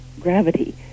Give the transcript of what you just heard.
gravity